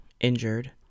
injured